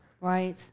Right